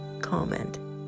comment